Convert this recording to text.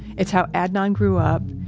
it's how adnan grew up,